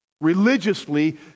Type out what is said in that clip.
religiously